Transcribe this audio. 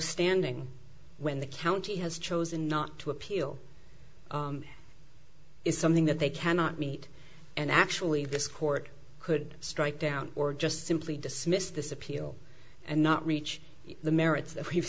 standing when the county has chosen not to appeal it's something that they cannot meet and actually this court could strike down or just simply dismiss this appeal and not reach the merits and we've